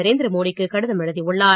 நரேந்திர மோடிக்கு கடிதம் எழுதியுள்ளார்